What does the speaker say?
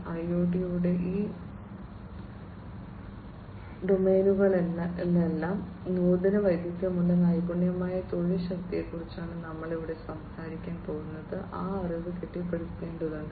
IoT യുടെ ഈ ഡൊമെയ്നുകളിലെല്ലാം നൂതന വൈദഗ്ധ്യമുള്ള നൈപുണ്യമുള്ള തൊഴിൽ ശക്തിയെക്കുറിച്ചാണ് നമ്മൾ ഇവിടെ സംസാരിക്കാൻ പോകുന്നത് ആ അറിവ് കെട്ടിപ്പടുക്കേണ്ടതുണ്ട്